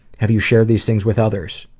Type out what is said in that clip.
have you shared these things with others?